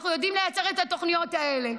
אנחנו יודעים לייצר את התוכניות האלה.